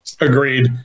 Agreed